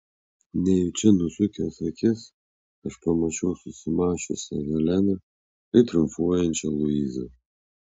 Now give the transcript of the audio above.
nejučia nusukęs akis aš pamačiau susimąsčiusią heleną ir triumfuojančią luizą